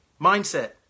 mindset